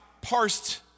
parsed